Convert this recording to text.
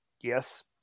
yes